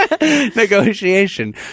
negotiation